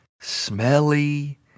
smelly